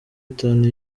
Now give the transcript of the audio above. itanu